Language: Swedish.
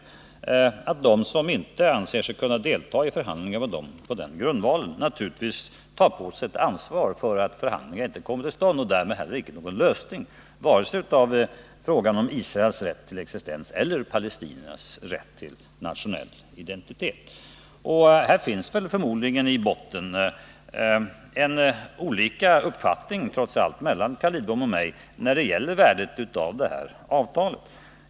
Dessa tar naturligtvis på sig ett ansvar för att förhandlingar inte kommer till stånd och därmed inte heller någon lösning vare sig av frågan om Israels rätt till existens eller palestiniernas rätt till nationell identitet. Här finns förmodligen i botten, trots allt, en skillnad i uppfattning mellan Carl 143 Lidbom och mig när det gäller värdet av avtalet.